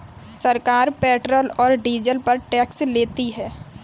सरकार पेट्रोल और डीजल पर टैक्स लेती है